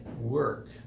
work